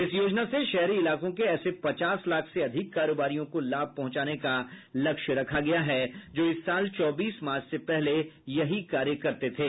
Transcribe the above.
इस योजना से शहरी इलाकों के ऐसे पचास लाख से अधिक कारोबारियों को लाभ पहुंचाने का लक्ष्य रखा गया है जो इस साल चौबीस मार्च से पहले यही कार्य करते थे